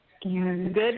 Good